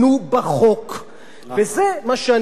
וזה מה שאני מנסה לעשות כאן היום,